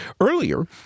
earlier